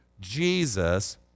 Jesus